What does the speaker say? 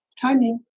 timing